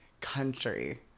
country